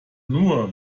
nur